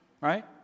right